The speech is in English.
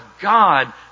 God